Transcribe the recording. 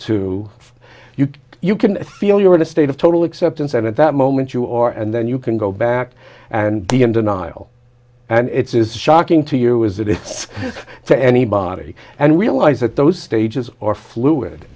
two you can feel you're in a state of total acceptance and at that moment you are and then you can go back and be in denial and it's is shocking to you is it it's to anybody and realize that those stages or fluid